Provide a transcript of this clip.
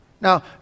Now